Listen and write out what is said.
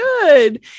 good